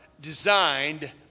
designed